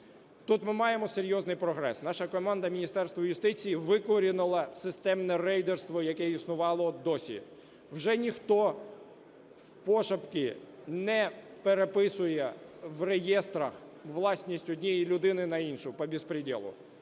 Тут ми маємо серйозний прогрес. Наша команда, Міністерство юстиції, викорінила системне рейдерство, яке існувало досі. Вже ніхто пошепки не переписує в реєстрах власність однієї людини на іншу по беспределу.